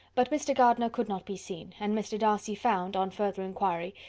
but mr. gardiner could not be seen, and mr. darcy found, on further inquiry,